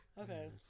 Okay